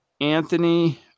Anthony